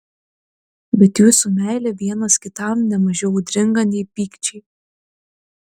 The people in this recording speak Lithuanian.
bet jūsų meilė vienas kitam ne mažiau audringa nei pykčiai